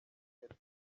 ella